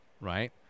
Right